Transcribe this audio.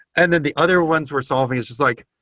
and then the other ones we're solving is just like,